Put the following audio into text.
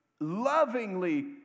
lovingly